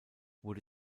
wurde